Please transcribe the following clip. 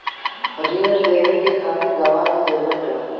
रिण लेवे के खातिर गवाह के जरूरत होला